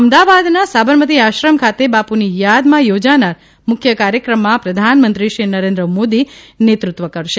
અમદાવાદના સાબરમતી આશ્રમ ખાતે બાપુની યાદમાં યોજાનારા મુખ્ય કાર્યક્રમમાં પ્રધાનમંત્રીશ્રી નરેન્દ્ર મોદી મેતૃત્વ કરશે